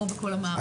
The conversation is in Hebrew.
כמו בכל המערכת.